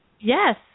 Yes